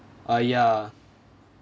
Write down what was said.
ah ya